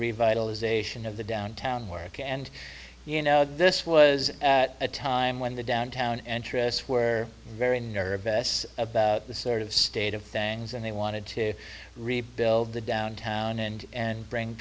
revitalization of the downtown work and you know this was it was at a time when the downtown entrance where very nervous about the sort of state of things and they wanted to rebuild the downtown and and bring